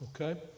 okay